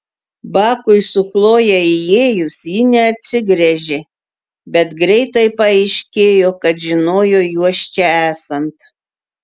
bakui su chloje įėjus ji neatsigręžė bet greitai paaiškėjo kad žinojo juos čia esant